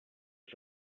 ist